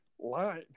line